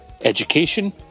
education